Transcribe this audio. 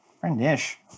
Friend-ish